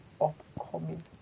upcoming